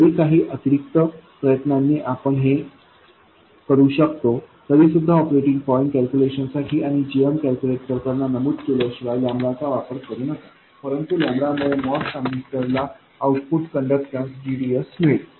जरी काही अतिरिक्त प्रयत्नांनी आपण हे करू शकतो तरीसुद्धा ऑपरेटिंग पॉईंट कॅल्क्युलेशन साठी आणि gm कॅल्क्युलेट करताना नमूद केल्याशिवाय चा वापर करू नका परंतु मुळे MOS ट्रान्झिस्टरला आउटपुट कंडक्टन्स gds मिळेल